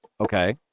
Okay